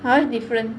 ours different